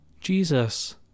Jesus